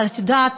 אבל את יודעת,